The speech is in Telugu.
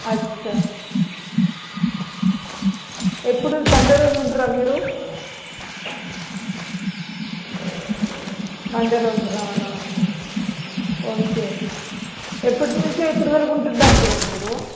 అచ్చా ఎప్పుడు సండే రోజు ఉంటురా మీరు మండే రోజు రావాలా ఓకే ఎప్పటినుంచి ఎప్పటివరకు ఉంటుంది డాక్టర్ గారు మీరు